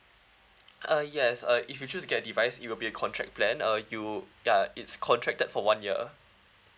uh yes uh if you choose to get device it'll be contract plan uh you ya it's contracted for one year